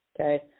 okay